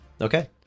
Okay